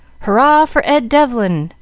hurrah for ed devlin!